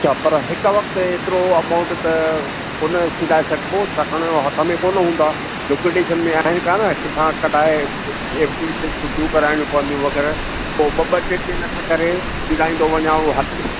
अच्छा पर हिकु वक़्तु एतिरो अमाउंट त कोन सीड़ाए सघिबो छाकाणि त हथ में कोन हूंदा लिक़्विडेशन में आहिनि कोन किथां कढाए एफ डीअ ते छुटियूं कराइड़ियूं पवंदियूं वग़ैरह पोइ ॿ ॿ टे टे लख करे सीड़ाईंदो वञां उहो हले